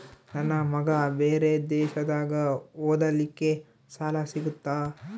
ನನ್ನ ಮಗ ಬೇರೆ ದೇಶದಾಗ ಓದಲಿಕ್ಕೆ ಸಾಲ ಸಿಗುತ್ತಾ?